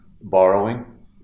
borrowing